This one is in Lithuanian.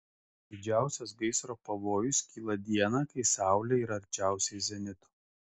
didžiausias gaisro pavojus kyla dieną kai saulė yra arčiausiai zenito